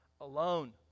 alone